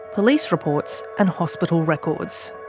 police reports and hospital records.